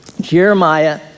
Jeremiah